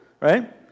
Right